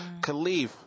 Khalif